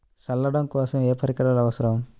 చల్లడం కోసం ఏ పరికరాలు అవసరం?